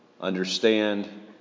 understand